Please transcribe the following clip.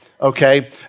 okay